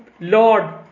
Lord